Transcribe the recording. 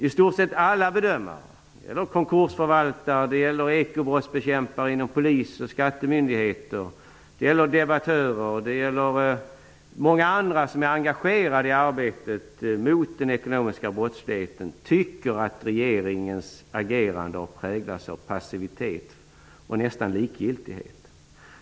I stort sett alla bedömare -- konkursförvaltare, ekobrottsbekämpare inom Polisen och skattemyndigheter, olika debattörer och många andra som är engagerade i arbetet mot den ekonomiska brottsligheten -- tycker att regeringens agerande har präglats av passivitet och nästan likgiltighet.